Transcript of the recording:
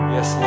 Yes